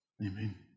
amen